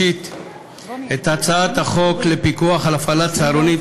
שלישית את הצעת חוק לפיקוח על הפעלת צהרונים,